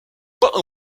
pas